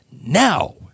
Now